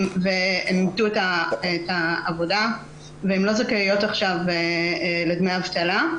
הן איבדו את העבודה והן לא זכאיות עכשיו לדמי אבטלה.